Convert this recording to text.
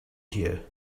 here